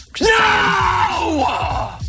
No